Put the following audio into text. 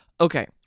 Okay